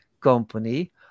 company